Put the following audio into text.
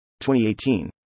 2018